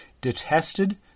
detested